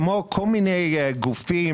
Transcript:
כמו כל מיני גופים,